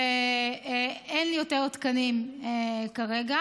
ואין לי יותר תקנים כרגע.